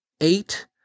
eight